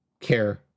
care